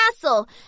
castle